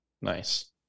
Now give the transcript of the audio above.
Nice